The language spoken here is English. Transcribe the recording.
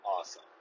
Awesome